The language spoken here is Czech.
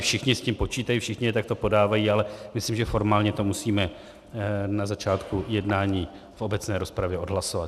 Všichni s tím počítají, všichni je takto podávají, ale myslím, že formálně to musíme na začátku jednání v obecné rozpravě odhlasovat.